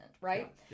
right